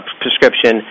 prescription